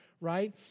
right